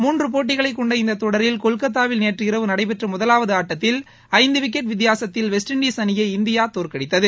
மூன்று போட்டிகளைக் கொண்ட இந்த தொடரில் கொல்கத்தாவில் நேற்று இரவு நடைபெற்ற முதவாவது ஆட்டத்தில் ஐந்து விக்கெட் வித்தியாசத்தில் வெஸ்ட் இண்டீஸ் அணியை இந்தியா தோற்கடித்தது